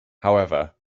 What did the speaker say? however